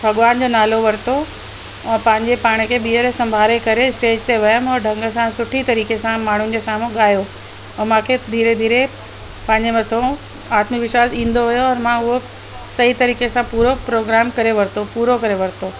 भॻवान जो नालो वरितो ऐं पंहिंजे पाण खे ॿीहर संभाले करे स्टेज ते वियमि ऐं ढंग सां सुठी तरीक़े सां माण्हुनि जे साम्हूं ॻायो त मूंखे धीरे धीरे पंहिंजे मथां आत्म विश्वासु ईंदो वियो ऐं मां सही तारीक़े सां पंहिंजो प्रोग्राम पूरो करे वरितो पूरो करे वरितो